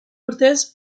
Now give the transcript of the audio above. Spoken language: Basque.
urtez